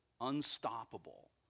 unstoppable